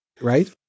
right